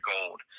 Gold